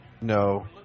No